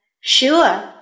sure